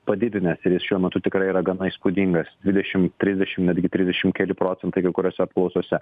padidinęs ir jis šiuo metu tikrai yra gana įspūdingas dvidešimt trisdešimt netgi trisdešimt keli procentai kai kuriose apklausose